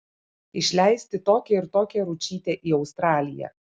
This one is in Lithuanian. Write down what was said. išleisti tokią ir tokią ručytę į australiją